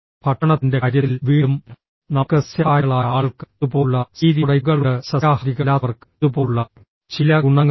ഭക്ഷണത്തിന്റെ കാര്യത്തിൽ വീണ്ടും നമുക്ക് സസ്യാഹാരികളായ ആളുകൾക്ക് ഇതുപോലുള്ള സ്റ്റീരിയോടൈപ്പുകൾ ഉണ്ട് സസ്യാഹാരികളല്ലാത്തവർക്ക് ഇതുപോലുള്ള ചില ഗുണങ്ങളുണ്ട്